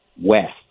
west